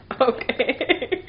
Okay